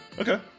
Okay